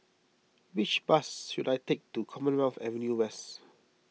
which bus should I take to Commonwealth Avenue West